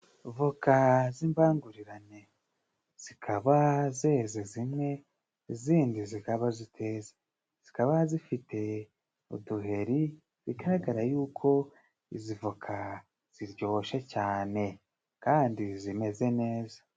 Voka z'imbangurirane zikaba zeze zimwe izindi zikaba ziteze, zikaba zifite uduheri bigaragara y'uko izi voka ziryoshe cyane kandi zimeze neza.